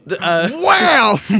Wow